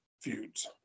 feuds